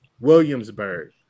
Williamsburg